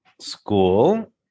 School